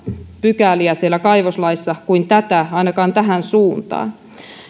pykäliä kaivoslaissa kuin tätä ei ainakaan tähän suuntaan